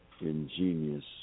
Ingenious